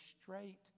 straight